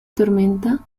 tormenta